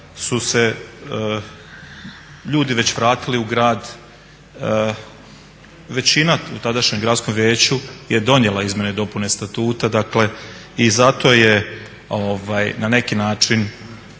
su se ljudi već vratili u grad. Većina u tadašnjem gradskom vijeću je donijela izmjene i dopune statuta, dakle i zato je na neki način